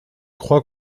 crois